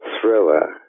thriller